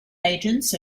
agents